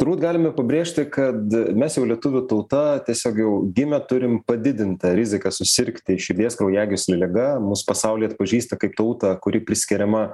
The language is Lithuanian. turbūt galime pabrėžti kad mes jau lietuvių tauta tiesiog jau gimę turim padidintą riziką susirgti širdies kraujagyslių liga mus pasaulyje atpažįsta kaip tautą kuri priskiriama